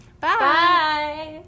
Bye